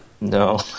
No